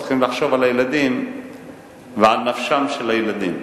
צריכים לחשוב על הילדים ועל נפשם של הילדים.